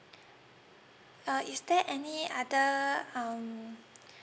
uh is there any other um